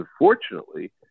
unfortunately